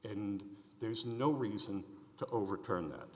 and there's no reason to overturn that